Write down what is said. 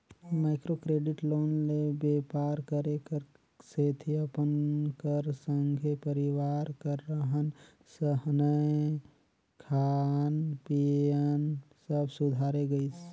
micro credit loan ले बेपार करे कर सेती अपन कर संघे परिवार कर रहन सहनए खान पीयन सब सुधारे गइस